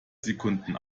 sekunden